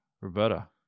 Roberta